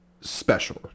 special